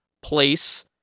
place